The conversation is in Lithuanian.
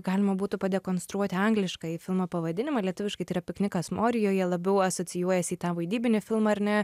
galima būtų pademonstruoti angliškąjį filmo pavadinimą lietuviškai tai yra piknikas morijoje labiau asocijuojasi į tą vaidybinį filmą ar ne